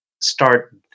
start